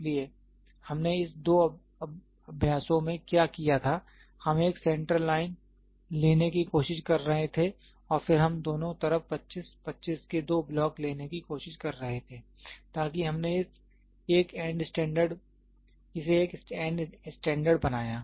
इसलिए हमने इस दो अभ्यासों में क्या किया था हम एक सेंटर लाइन लेने की कोशिश कर रहे थे और फिर हम दोनों तरफ 25 25 के दो ब्लॉक लेने की कोशिश कर रहे थे ताकि हमने इसे एक एंड स्टैंडर्ड बनाया